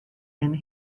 and